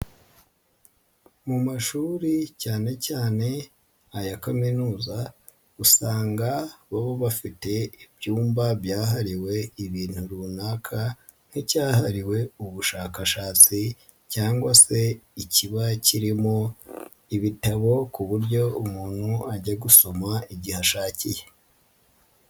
Mu mashuri cyane cyane aya kaminuza usanga baba bafite ibyumba byahariwe ibintu runaka, nk'icyahariwe ubushakashatsi cyangwa se ikiba kirimo ibitabo ku buryo umuntu ajya gusoma igihe ashakiye.